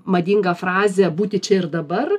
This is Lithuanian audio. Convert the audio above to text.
madingą frazę būti čia ir dabar